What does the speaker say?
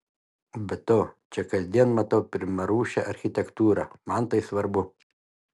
be to čia kasdien matau pirmarūšę architektūrą man tai svarbu